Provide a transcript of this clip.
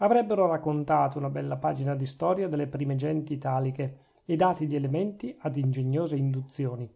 avrebbero raccontata una bella pagina di storia delle prime genti italiche e dati gli elementi ad ingegnose induzioni